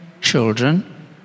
children